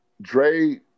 Dre